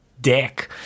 Dick